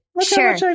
Sure